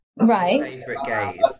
Right